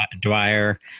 Dwyer